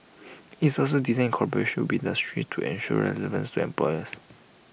it's also designed collaboration should be industry to ensure relevance to employers